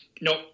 Nope